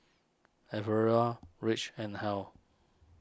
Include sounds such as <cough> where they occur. <unintelligible> Rich and Hal